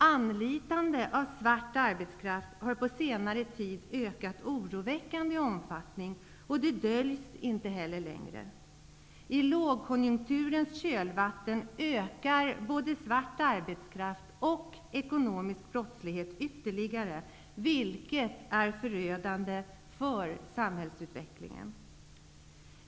Anlitande av svart arbetskraft har på senare tid ökat oroväckande i omfattning, och det döljs heller inte längre. I lågkonjunkturens kölvatten ökar både svart arbetskraft och ekonomisk brottslighet ytterligare, vilket är förödande för samhällsutvecklingen.